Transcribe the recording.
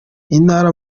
intara